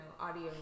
audio